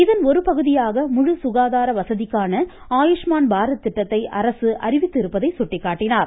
இதன் ஒரு பகுதியாக முழு சுகாதார வசதிக்கான ஆயூஷ்மான் பாரத் திட்டத்தை அரசு அறிவித்திருப்பதை சுட்டிக்காட்டினார்